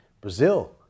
Brazil